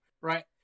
right